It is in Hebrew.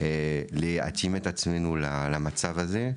להתאים את עצמנו למצב הזה,